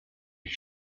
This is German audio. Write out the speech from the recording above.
ich